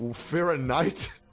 fyr a nyght?